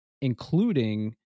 including